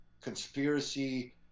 conspiracy